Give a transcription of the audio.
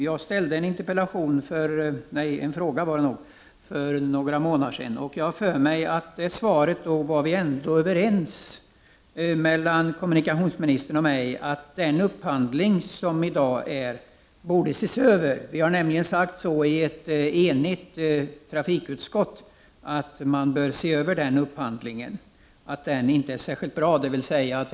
Jag ställde för några månader sedan en fråga, och när den besvarades var kommunikationsministern och jag överens om att den upphandling som i dag görs borde ses över. Vi har nämligen i ett enigt trafikutskott sagt att upphandlingen bör ses över då den inte är särskilt bra.